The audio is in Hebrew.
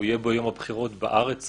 הוא יהיה ביום הבחירות בארץ מוקדם,